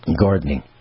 Gardening